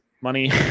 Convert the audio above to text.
money